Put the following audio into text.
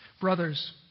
Brothers